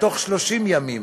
בתוך 30 ימים.